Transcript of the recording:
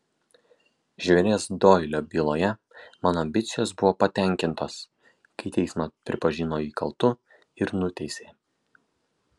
žvėries doilio byloje mano ambicijos buvo patenkintos kai teismas pripažino jį kaltu ir nuteisė